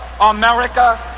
America